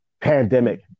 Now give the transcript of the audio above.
pandemic